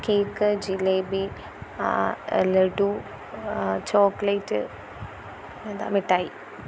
cake jalebi laddu chocolate പിന്നെന്താ മിഠായി